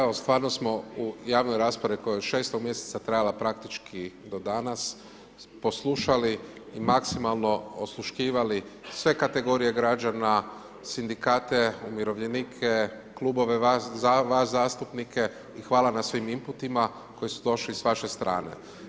Evo stvarno smo u javnoj raspravi koja je od 6 mjeseca trajala praktički do danas poslušali i maksimalno osluškivali sve kategorije građana, sindikate, umirovljenike, klubove, vas zastupnike i hvala na svim inputima koji su došli s vaše strane.